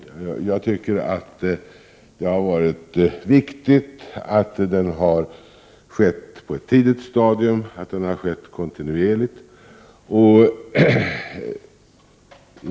Det är viktigt att kritiken har skett på ett tidigt stadium och att den har skett kontinuerligt.